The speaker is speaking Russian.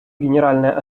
генеральная